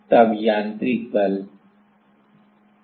तब यांत्रिक बल अधिक होता है